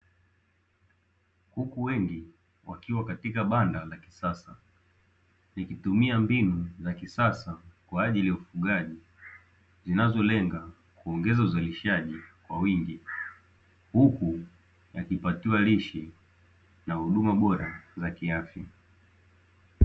Kuku wengi wakiwa katika banda la kisasa likitumia mbinu za kisasa kwa ajili ya ufugaji zinazolenga kuongeza uzarishaji kwa wingi, huku wakipatiwa lishe na huduma bora za kiafya.